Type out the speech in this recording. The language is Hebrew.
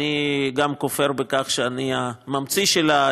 הצעה שאני גם כופר בכך שאני הממציא שלה,